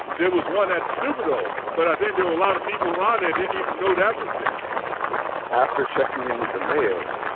there was one at the superdome. but i think a ah lot of people around there didn't even know that was there after checking in with the mayor,